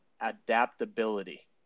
adaptability